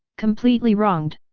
completely wronged.